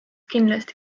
kindlasti